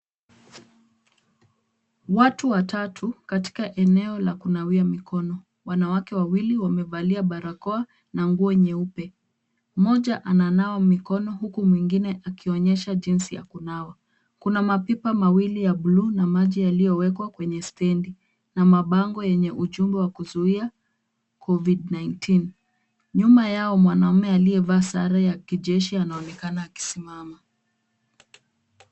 Watu watatu katika eneo la kunawia mikono. Wanawake wawili wamevalia barakoa na nguo nyeupe. Mmoja ananawa mikono huku mwingine akionyesha jinsi ya kunawa. Kuna mapipa mawili ya buluu na maji yaliyowekwa kwenye stendi na mabango yenye ujumbe wa kuzuia covid-19 . Nyuma yao, mwanamume aliyevaa sare ya kijeshi anaonekana akisimama.